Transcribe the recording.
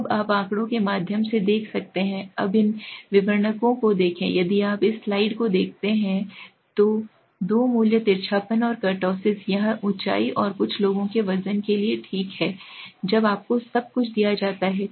कब आप आंकड़ों के माध्यम से देख सकते हैं अब इन विवरणकों को देखें यदि आप इस स्लाइड को देखते हैं तो हैं 2 मूल्य तिरछापन और कुर्तोसिस यह ऊंचाई और कुछ लोगों के वजन के लिए ठीक है जब आपको सब कुछ दिया जाता है